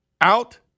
out